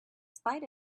spite